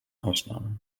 ausnahme